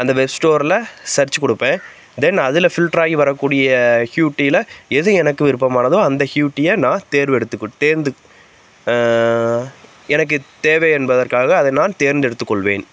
அந்த வெப் ஸ்டோரில் சர்ச் கொடுப்பேன் தென் அதில் ஃபில்ட்ரு ஆயி வரக்கூடிய ஹூடியில எது எனக்கு விருப்பமானதோ அந்த ஹூடியை நான் தேர்வெடுத்துக்கு தேர்ந்துக் எனக்கு தேவை என்பதற்காக அதை நான் தேர்ந்தெடுத்துக்கொள்வேன்